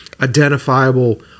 identifiable